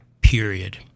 period